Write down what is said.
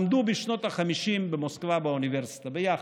למדו בשנות החמישים במוסקבה באוניברסיטה ביחד.